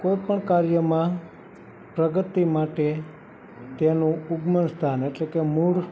કોઈ પણ કાર્યમાં પ્રગતિ માટે તેનું ઉગ્મન સ્થાન એટલે કે મૂળ